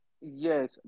Yes